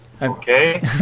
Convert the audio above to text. okay